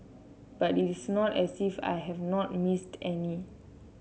but it is not as if I have not missed any